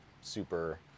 super